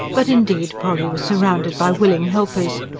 but indeed polly was surrounded by willing helpers.